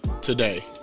Today